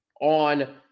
on